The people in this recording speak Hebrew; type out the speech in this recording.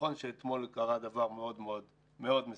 נכון שאתמול קרה דבר מאוד מאוד משמח.